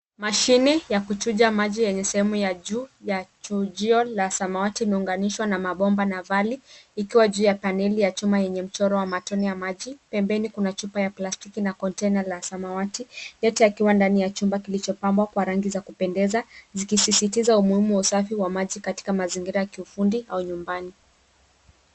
Mashine ya kuchuja maji yenye sehemu ya juu ya chujio la samawati imeunganishwa na mabomba na vali, ikiwa juu ya paneli ya chuma yenye mchoro wa matone ya maji. Pembeni kuna chupa ya plastiki na container la samawati, yote yakiwa ndani ya chumba kilichopambwa kwa rangi za kupendeza, zikisisitiza umuhimu wa usafi wa maji katika mazingira ya kiufundi au nyumbani.